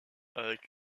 avec